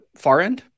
Farend